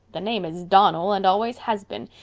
the name is donnell and always has been.